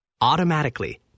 Automatically